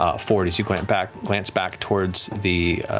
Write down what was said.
ah fjord, as you glance back glance back towards the